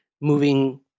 moving